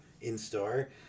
in-store